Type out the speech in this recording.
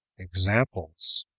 examples.